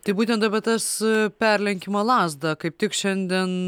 tai būtent apie tas perlenkiamą lazdą kaip tik šiandien